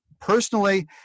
personally